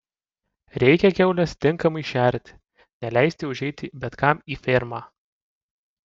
reikia kiaules tinkamai šerti neleisti užeiti bet kam į fermą